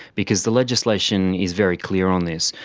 because the legislation is very clear on this,